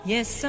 Yes